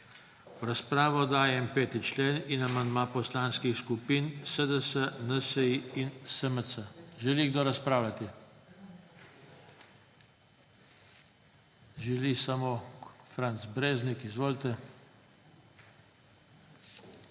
V razpravo dajem 5. člen in amandma poslanskih skupin SDS, NSi in SMC. Želi kdo razpravljati? Želi samo Franc Breznik. Izvolite.